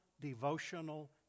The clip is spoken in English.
devotional